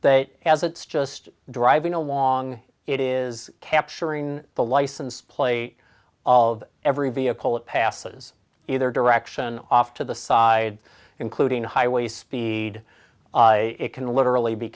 car as it's just driving along it is capturing the license plate of every vehicle that passes either direction off to the side including highway speed it can literally be